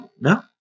no